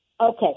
Okay